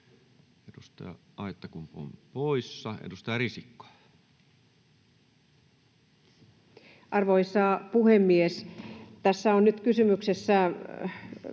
edustaja Aittakumpu on poissa. — Edustaja Risikko. Arvoisa puhemies! Tässä on nyt kysymyksessä